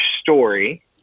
story